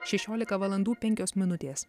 šešiolika valandų penkios minutės